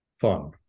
fun